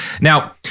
Now